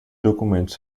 documentos